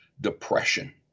depression